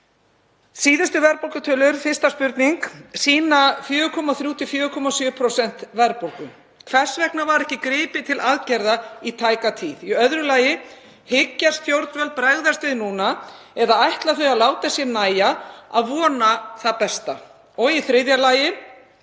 Síðustu verðbólgutölur sýna 4,3–4,7% verðbólgu. Hvers vegna var ekki gripið til aðgerða í tæka tíð? Í öðru lagi: Hyggjast stjórnvöld bregðast við núna eða ætla þau að láta sér nægja að vona það besta? Og í þriðja lagi: